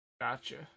Gotcha